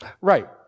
Right